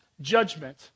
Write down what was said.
judgment